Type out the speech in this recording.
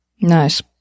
Nice